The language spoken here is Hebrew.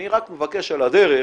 אני רק מבקש על הדרך